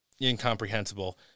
incomprehensible